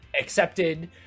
accepted